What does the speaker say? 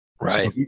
Right